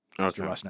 okay